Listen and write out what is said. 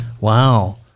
Wow